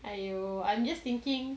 !aiyo! I'm just thinking